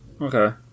Okay